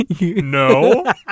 No